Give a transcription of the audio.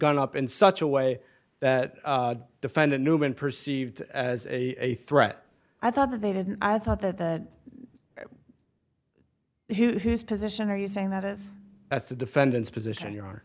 gun up in such a way that defendant neuman perceived as a threat i thought that they didn't i thought that the position are you saying that is that's the defendant's position your